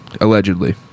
Allegedly